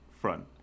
front